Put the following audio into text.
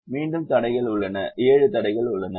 மீண்டும் தடைகள் உள்ளன ஏழு தடைகள் உள்ளன